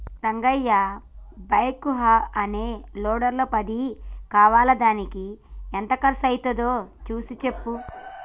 Rangayya backhoe అనే లోడర్ల పది కావాలిదానికి ఎంత కర్సు అవ్వుతాదో సూసి సెప్పు